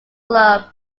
club